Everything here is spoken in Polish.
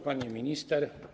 Pani Minister!